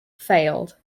failed